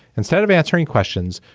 instead of answering questions,